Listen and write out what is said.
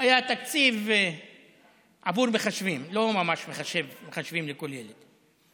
היה תקציב עבור מחשבים, לא ממש מחשב לכל ילד,